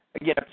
again